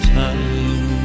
time